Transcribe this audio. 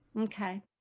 Okay